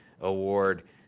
Award